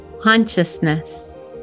consciousness